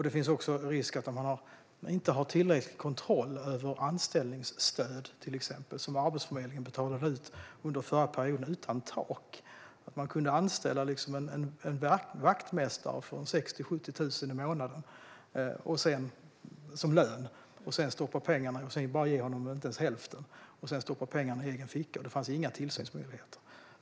Det finns också risker om kontrollen över anställningsstödet, som Arbetsförmedlingen under den förra perioden betalade ut utan tak, inte är tillräcklig. Man kunde till exempel anställa en vaktmästare med lön på 60 000-70 000 i månaden men sedan inte ens ge honom hälften utan stoppa pengarna i egen ficka. Det fanns inga tillsynsmyndigheter.